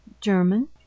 german